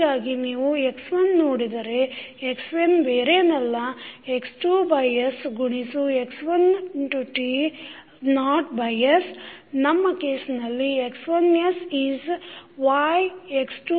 ಹೀಗಾಗಿ ನೀವು x1 ನೋಡಿದರೆ x1 ಬೇರೇನಲ್ಲ x2s ಗುಣಿಸು x1 t ನಾಟ್ s ನಮ್ಮ ಕೇಸ್ನಲ್ಲಿ x1s is y x2s is sy